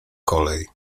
kolej